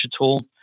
tool